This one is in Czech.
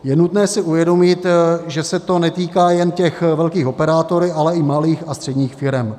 Je nutné si uvědomit, že se to netýká jen těch velkých operátorů, ale i malých a středních firem.